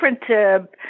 different